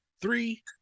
three